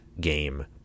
game